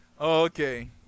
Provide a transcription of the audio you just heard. Okay